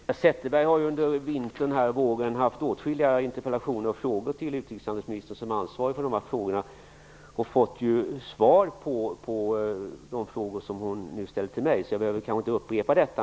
Herr talman! Eva Zetterberg har under vintern och våren ställt åtskilliga interpellationer och frågor till utrikeshandelsministern, som är ansvarig för dessa frågor, och alltså fått svar på de frågor som hon nu ställer till mig. Därför behöver jag kanske inte upprepa det.